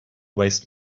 waste